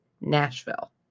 Nashville